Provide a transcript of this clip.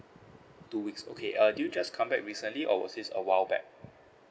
two weeks okay uh do you just come back recently or was this a while back